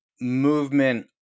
movement